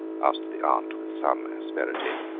asked the aunt with some asperity.